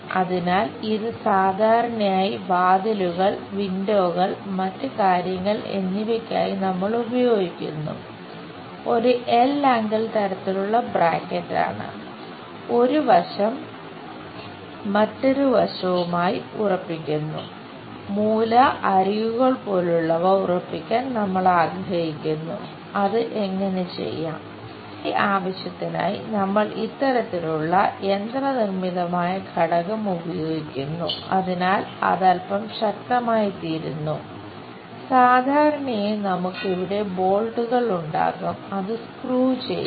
അതിനാൽ ഇത് സാധാരണയായി വാതിലുകൾ വിൻഡോകൾ ചെയ്യുക